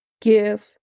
give